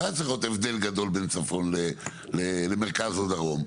לא היה צריך להיות הבדל גדול בין מרכז או דרום,